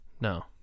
No